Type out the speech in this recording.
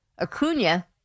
Acuna